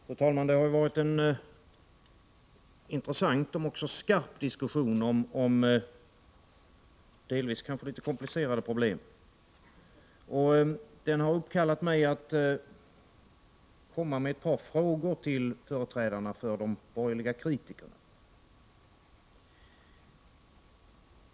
Fru talman! Det har varit en intressant, om också skarp, diskussion om delvis litet komplicerade problem, och den har uppkallat mig att komma med ett par frågor till företrädarna för de borgerliga kritikerna.